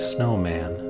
Snowman